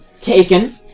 taken